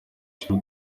cy’u